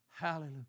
Hallelujah